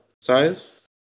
size